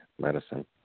medicine